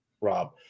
Rob